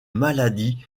maladie